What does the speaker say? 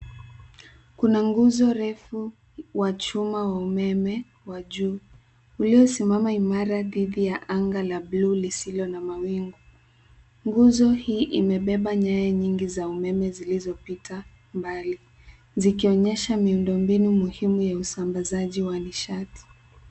Kuna nguzo refu wa chuma wa umeme wa juu, uliosimama imara dhidi ya anga la blue lisilo na mawingu. Nguzo hii imebeba nyaya nyingi za umeme zilizopita mbali, zikionyesha miundo mbinu muhimu ya usambazaji wa nishati.